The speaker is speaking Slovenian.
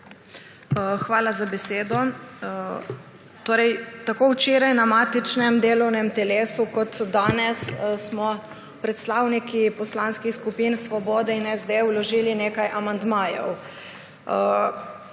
Hvala za besedo. Tako včeraj na matičnem delovnem telesu kot danes smo predstavniki poslanskih skupin Svobode in SD vložili nekaj amandmajev.